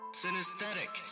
Synesthetic